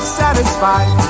satisfied